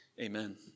amen